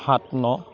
সাত ন